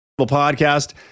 ...podcast